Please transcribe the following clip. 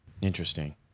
Interesting